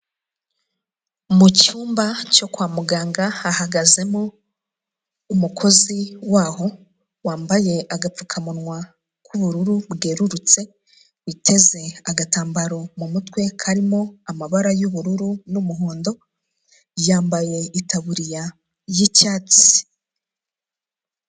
Mu cyumba cyo kwa muganga hahagazemo umukozi waho wambaye agapfukamunwa k'ubururu bwerurutse, uteze agatambaro mu mutwe karimo amabara y'ubururu n'umuhondo, yambaye itaburiya y'icyatsi.